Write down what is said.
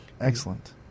Excellent